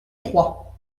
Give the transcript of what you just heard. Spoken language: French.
trois